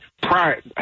prior